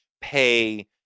pay